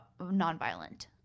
nonviolent